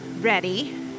Ready